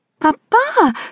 Papa